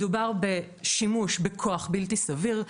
מדובר בשימוש בכוח בלתי סביר,